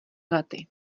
lety